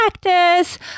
practice